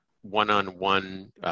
one-on-one